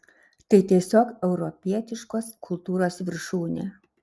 tai tiesiog europietiškos kultūros viršūnė